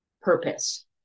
purpose